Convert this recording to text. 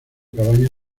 cabaña